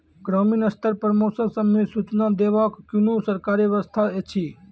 ग्रामीण स्तर पर मौसम संबंधित सूचना देवाक कुनू सरकारी व्यवस्था ऐछि?